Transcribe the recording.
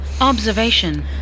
Observation